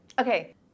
Okay